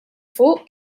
fuq